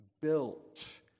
built